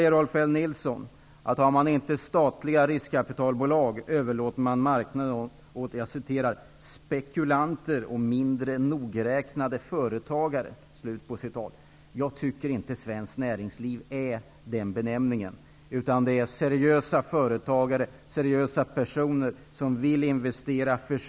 Rolf L Nilson säger att man överlåter marknaden åt om man inte har statliga riskkapitalbolag. Jag tycker inte att den benämningen gäller för svenskt näringsliv. Det är seriösa företagare, seriösa personer, som vill investera.